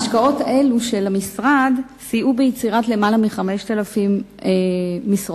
ההשקעות האלה של המשרד סייעו ביצירת יותר מ-5,000 משרות,